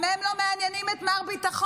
גם הם לא מעניינים את מר ביטחון,